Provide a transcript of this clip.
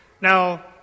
Now